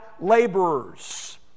laborers